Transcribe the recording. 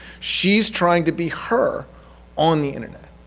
she's trying to be her on the internet.